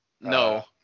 no –